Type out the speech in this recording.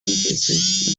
places